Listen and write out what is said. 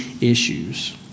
issues